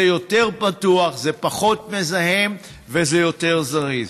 זה יותר פתוח, זה פחות מזהם וזה יותר זריז.